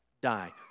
die